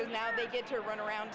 because now they get to run around